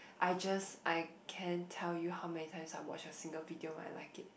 I just I can't tell you how many times I watch a single video when I like it